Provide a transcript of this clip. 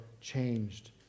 changed